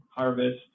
harvest